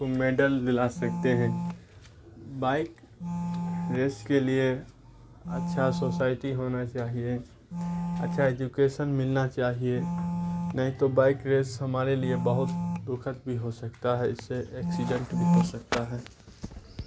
کو میڈل دلا سکتے ہیں بائک ریس کے لیے اچھا سوسائٹی ہونا چاہیے اچھا ایجوکیشن ملنا چاہیے نہیں تو بائک ریس ہمارے لیے بہت دکھد بھی ہو سکتا ہے اس سے ایکسیڈنٹ بھی ہو سکتا ہے